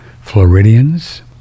Floridians